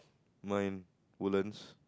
mine Woodlands